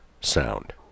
sound